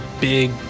big